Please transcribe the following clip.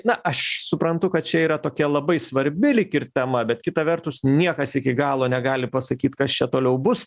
na aš suprantu kad čia yra tokia labai svarbi lyg ir tema bet kita vertus niekas iki galo negali pasakyt kas čia toliau bus